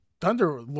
Thunder